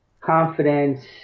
confidence